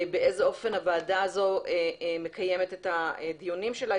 באיזה אופן הוועדה הזו מקיימת את הדיונים שלה,